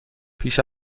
پیش